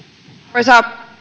arvoisa